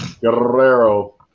Guerrero